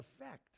effect